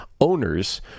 owners